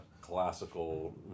classical